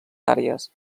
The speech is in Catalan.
àrees